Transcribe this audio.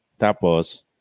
Tapos